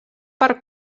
per